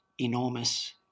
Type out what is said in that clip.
enormous